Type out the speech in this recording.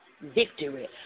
victory